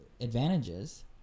advantages